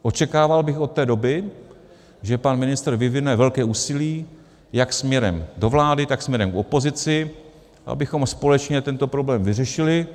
Očekával bych od té doby, že pan ministr vyvine velké úsilí jak směrem do vlády, tak směrem k opozici, abychom společně tento problém vyřešili.